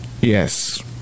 yes